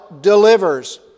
delivers